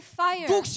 fire